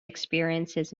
experiences